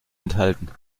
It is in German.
enthalten